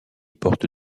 porte